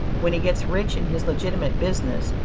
when he gets rich in his legitimate business,